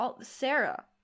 Sarah